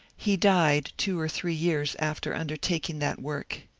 he died two or three years after undertaking that work.